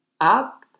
up